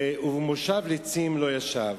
וכן: במושב לצים לא ישב.